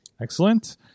Excellent